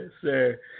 sir